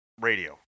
radio